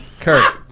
Kurt